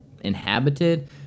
inhabited